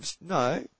No